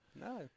No